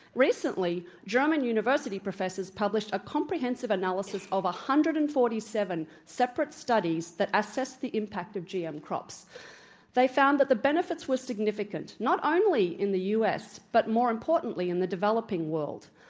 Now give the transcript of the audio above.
recently, german university professors published a comprehensive analysis of one hundred and forty seven separate studies that assess the impact of gm crops they found that the benefits were significant not only in the u. s. but more importantly in the developing world.